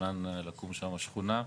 מתוכנן לקום שם שכונה,